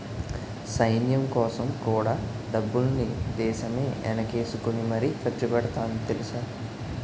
సైన్యంకోసం కూడా డబ్బుల్ని దేశమే ఎనకేసుకుని మరీ ఖర్చుపెడతాంది తెలుసా?